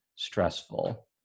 stressful